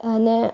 અને